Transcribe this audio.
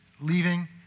leaving